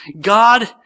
God